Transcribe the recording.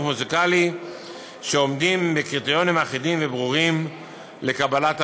מוזיקלי שעומדים בקריטריונים אחידים וברורים לקבלת המלגה.